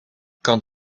kan